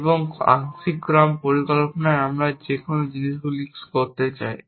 এবং আংশিক ক্রম পরিকল্পনায় আমরা যে জিনিসগুলি করতে চাই